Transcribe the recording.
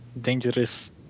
dangerous